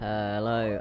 Hello